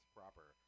proper